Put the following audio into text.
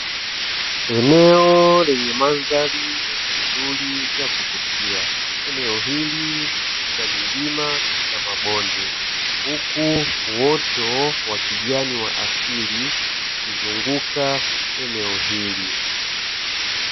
Eneo lenye mandhari nzuri ya kuvutia eneo hili lina milima na mabonde, huku uoto wa kijani wa asili ukizunguka eneo hili.